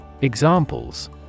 Examples